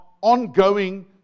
ongoing